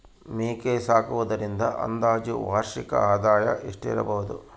ಮೇಕೆ ಸಾಕುವುದರಿಂದ ಅಂದಾಜು ವಾರ್ಷಿಕ ಆದಾಯ ಎಷ್ಟಿರಬಹುದು?